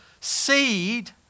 seed